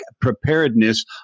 preparedness